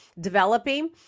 developing